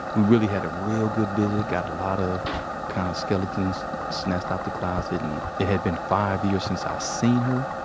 we really had a real good visit, got a lot of kind of skeletons snatched out the closet. and it had been five years since i seen her,